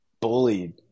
bullied